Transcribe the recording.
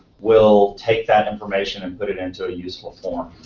will take that information and put it into a useful form.